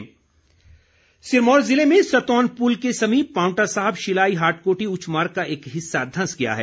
भूखखलन सिरमौर ज़िले में सतौन पुल के समीप पांवटा साहिब शिलाई हाटकोटी उच्च मार्ग का एक हिस्सा धंस गया है